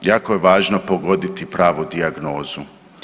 Jako je važno pogoditi pravu dijagnozu.